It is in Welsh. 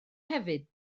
hefyd